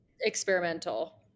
experimental